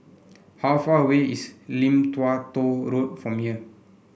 how far away is Lim Tua Tow Road from here